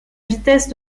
vitesse